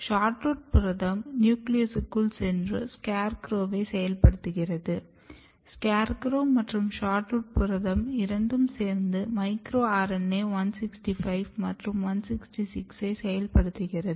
SHORT ROOT புரதம் நியூக்ளியஸ்க்குள் சென்று SCARECROW வை செயல்படுத்துகிறது SCARECROW மற்றும் SHORT ROOT புரதம் இரண்டும் சேர்ந்து மைக்ரோ RNA 165 மற்றும் 166 ஐ செயல்படுத்துகிறது